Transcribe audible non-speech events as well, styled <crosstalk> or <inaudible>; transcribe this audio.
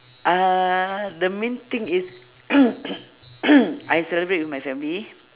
uhh the main thing is <noise> I celebrate with my family